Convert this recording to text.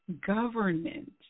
government